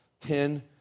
Ten